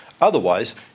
Otherwise